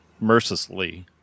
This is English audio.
mercilessly